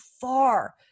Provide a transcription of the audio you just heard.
far